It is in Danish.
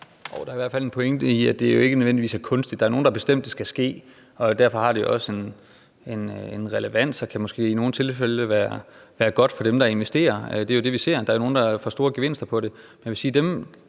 at det ikke nødvendigvis er kunstigt. Der er nogle, der har bestemt, at det skal ske, og derfor har det også en relevans og kan måske i nogle tilfælde være godt for dem, der investerer. Det er jo det, vi ser. Der er nogle, der får store gevinster på det,